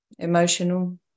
Emotional